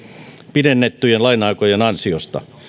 pidennettyjen laina aikojen ansiosta